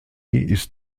ist